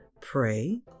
pray